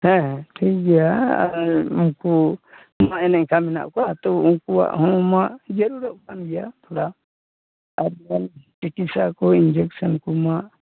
ᱦᱮᱸ ᱦᱮᱸ ᱴᱷᱤᱠ ᱜᱮᱭᱟ ᱟᱨ ᱱᱩᱠᱩ ᱚᱱᱮ ᱚᱱᱠᱟ ᱢᱮᱱᱟᱜ ᱠᱚᱣᱟ ᱛᱚ ᱩᱱᱠᱩᱣᱟᱜ ᱦᱚᱸ ᱢᱟ ᱤᱭᱟᱹ ᱜᱚᱫᱚᱜ ᱠᱟᱱ ᱜᱮᱭᱟ ᱛᱷᱚᱲᱟ ᱟᱨᱵᱟᱝ ᱪᱤᱠᱤᱥᱥᱟ ᱠᱚ ᱤᱧᱡᱮᱥᱮᱱ ᱠᱚᱢᱟ